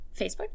Facebook